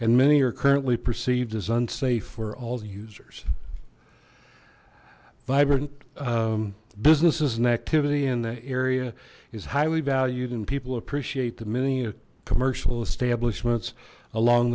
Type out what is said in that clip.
and many are currently perceived as unsafe for all users vibrant businesses and activity in the area is highly valued and people appreciate the many commercial establishments along